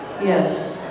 Yes